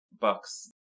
bucks